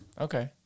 Okay